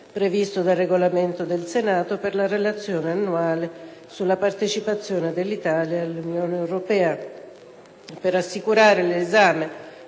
previsto dal Regolamento del Senato per la Relazione annuale sulla partecipazione dell'Italia all'Unione europea,